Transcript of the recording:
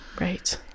right